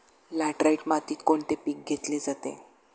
Laterite मातीत कोणते पीक घेतले जाते?